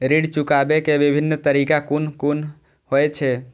ऋण चुकाबे के विभिन्न तरीका कुन कुन होय छे?